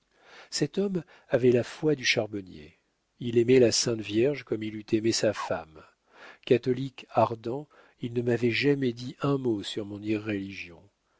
cet homme avait la foi du charbonnier il aimait la sainte vierge comme il eût aimé sa femme catholique ardent il ne m'avait jamais dit un mot sur mon